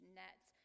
nets